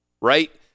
right